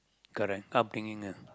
correct upbringing ah